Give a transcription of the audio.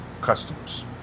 customs